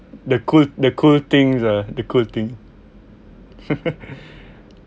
the cool the cool things ah the cool thing